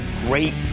great